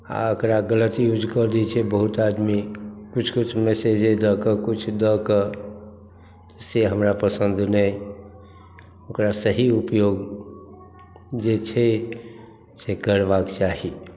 आओर ओकरा गलत यूज कऽ दै छै बहुत आदमी किछु किछु मैसेजे दऽ कऽ किछु दऽ कऽ से हमरा पसन्द नहि ओकरा सही उपयोग जे छै से करबाक चाही